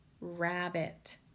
rabbit